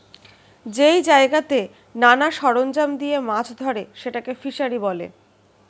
যেই জায়গাতে নানা সরঞ্জাম দিয়ে মাছ ধরে সেটাকে ফিসারী বলে